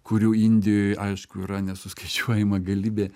kurių indijoj aišku yra nesuskaičiuojama galybė